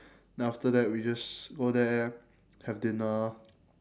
then after that we just go there have dinner